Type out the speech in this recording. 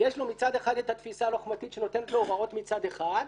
יש לו מצד אחד את התפיסה הלוחמתית שנותנת לו הוראות מצד אחד,